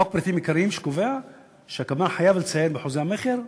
חוק פריטים עיקריים שקובע שהקבלן חייב לציין בחוזה המכר,